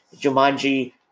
Jumanji